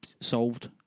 solved